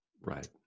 Right